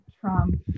Trump